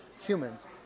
humans